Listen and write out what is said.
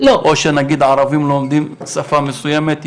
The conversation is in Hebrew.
או שנגיד ערבים לומדים שפה מסויימת,